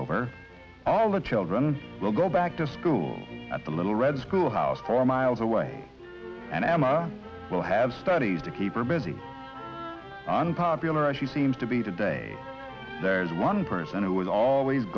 over all the children will go back to school at the little red schoolhouse corps miles away and emma will have studies to keep her busy unpopular as she seems to be today there's one person who is always